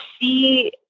see